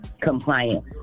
compliant